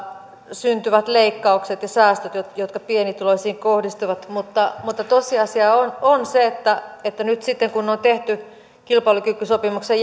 syntyvät leikkaukset ja säästöt jotka pienituloisiin kohdistuvat mutta mutta tosiasia on on se että että nyt sitten kun on tehty kilpailukykysopimuksen